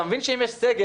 אתה מבין שאם יש סגר,